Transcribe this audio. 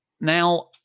now